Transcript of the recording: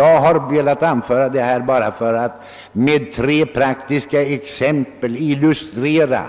Jag har velat anföra dessa tre praktiska exempel för att illustrera